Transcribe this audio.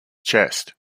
chest